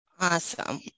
Awesome